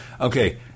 Okay